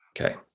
Okay